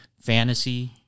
fantasy